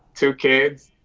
two kids.